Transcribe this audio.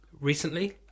Recently